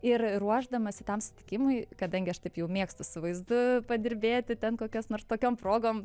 ir ruošdamasi tam susitikimui kadangi aš taip jau mėgstu su vaizdu padirbėti ten kokias nors tokiom progom